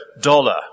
Dollar